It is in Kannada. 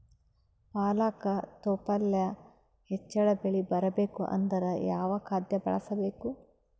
ಪಾಲಕ ತೊಪಲ ಪಲ್ಯ ಹೆಚ್ಚ ಬೆಳಿ ಬರಬೇಕು ಅಂದರ ಯಾವ ಖಾದ್ಯ ಬಳಸಬೇಕು?